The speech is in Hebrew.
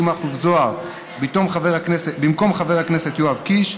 מכלוף זוהר במקום חבר הכנסת יואב קיש.